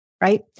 right